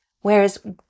Whereas